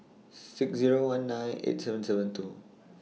six Zero one nine eight seven seven two